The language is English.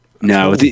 No